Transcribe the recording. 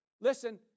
listen